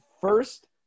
first